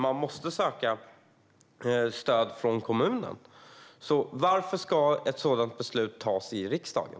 Man måste söka stöd från kommunen. Varför ska ett beslut som detta fattas i riksdagen?